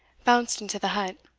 bounced into the hut.